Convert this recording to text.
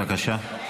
בבקשה.